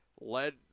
led